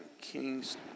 Kings